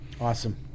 Awesome